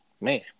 man